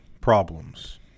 problems